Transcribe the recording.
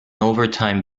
overtime